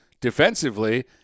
defensively